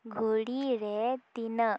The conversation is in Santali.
ᱜᱷᱩᱲᱤ ᱨᱮ ᱛᱤᱱᱟᱹᱜ